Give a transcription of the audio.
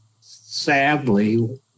sadly